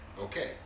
Okay